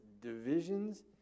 divisions